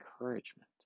encouragement